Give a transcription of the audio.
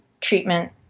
treatment